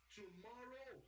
tomorrow